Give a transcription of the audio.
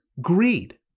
greed